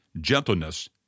gentleness